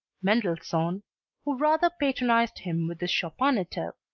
mendelssohn who rather patronized him with his chopinetto,